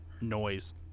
noise